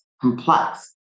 complex